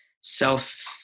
self